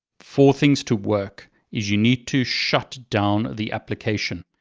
for things to work is you need to shut down the application.